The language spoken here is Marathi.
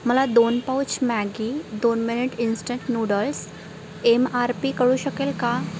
मला दोन पाउच मॅगी दोन minute instant noodles M R P कळू शकेल का